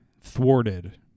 thwarted